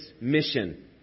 mission